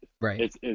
Right